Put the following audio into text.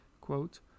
quote